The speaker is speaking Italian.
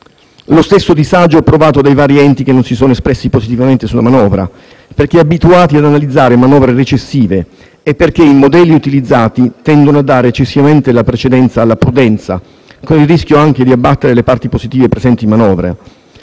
Lo stesso disagio è provato dai vari enti che non si sono espressi positivamente sulla manovra perché abituati ad analizzare manovre recessive e perché i modelli utilizzati tendono a dare eccessivamente la precedenza alla prudenza, con il rischio anche di abbattere le parti positive presenti nelle manovre.